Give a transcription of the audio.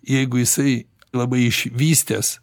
jeigu jisai labai išvystęs